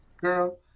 Girl